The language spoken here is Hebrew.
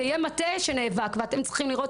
זה יהיה מטה שנאבק ואתם צריכים לראות